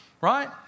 Right